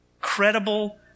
credible